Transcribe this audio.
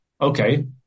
Okay